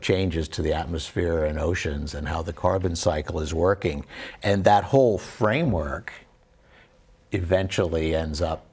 changes to the atmosphere and oceans and how the carbon cycle is working and that whole framework eventually ends up